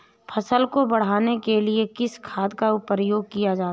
फसल को बढ़ाने के लिए किस खाद का प्रयोग किया जाता है?